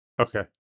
Okay